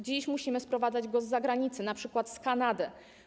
Dziś musimy sprowadzać go z zagranicy, np. z Kanady.